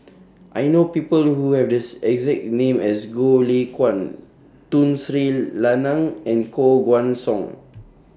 I know People Who Have This exact name as Goh Lay Kuan Tun Sri Lanang and Koh Guan Song